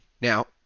now